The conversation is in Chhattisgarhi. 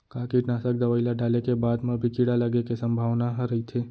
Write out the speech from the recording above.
का कीटनाशक दवई ल डाले के बाद म भी कीड़ा लगे के संभावना ह रइथे?